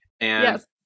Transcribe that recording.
Yes